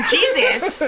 Jesus